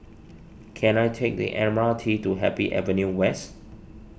can I take the M R T to Happy Avenue West